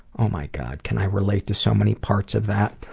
oh my god, can i relate to so many parts of that?